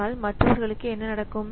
என்றால் மற்றவர்களுக்கு என்ன நடக்கும்